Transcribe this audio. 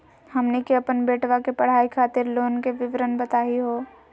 हमनी के अपन बेटवा के पढाई खातीर लोन के विवरण बताही हो?